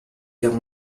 guerre